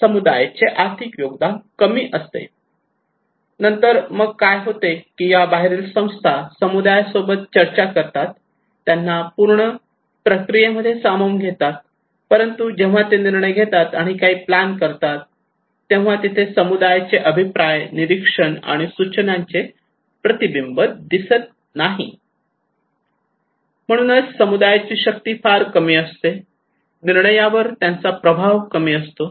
समुदायाचे आर्थिक योगदान कमी असते नंतर मग काय होते की या बाहेरील संस्था समुदाया सोबत चर्चा करतात त्यांना पूर्ण प्रक्रियेमध्ये सामावून घेतात परंतु जेव्हा ते निर्णय घेतात आणि काही प्लान करतात तेव्हा तिथे समुदायाचे अभिप्राय निरीक्षण आणि सूचनांचे प्रतिबिंब दिसत नाही म्हणून समुदायाची शक्ती फार कमी असते निर्णयांवर त्यांचा प्रभाव कमी असतो